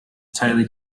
tightly